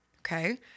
Okay